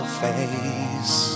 face